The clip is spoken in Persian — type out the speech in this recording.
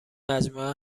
مجموعه